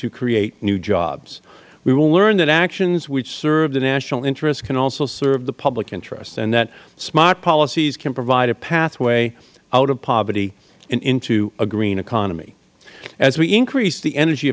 to create new jobs we will learn that actions which serve the national interest can also serve the public interest and that smart policies can provide a pathway out of poverty and into a green economy as we increase the energy